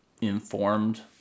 informed